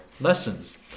lessons